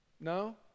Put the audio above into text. No